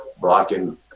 blocking